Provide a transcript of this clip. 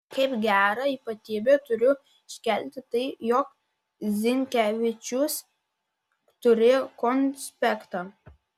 kaip gerą ypatybę turiu iškelti tai jog zinkevičius turėjo konspektą